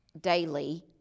daily